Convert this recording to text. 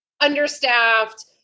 understaffed